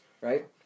right